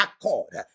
accord